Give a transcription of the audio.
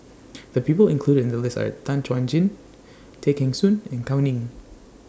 The People included in The list Are Tan Chuan Jin Tay Kheng Soon and Gao Ning